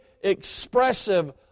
expressive